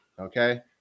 Okay